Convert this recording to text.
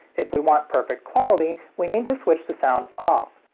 if we want perfect quality, we need to switch the sound off,